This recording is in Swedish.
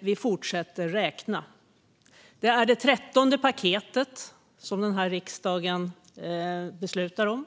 Vi fortsätter räkna. På liknande sätt är det det 13:e paketet som riksdagen beslutar om.